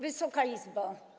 Wysoka Izbo!